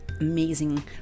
amazing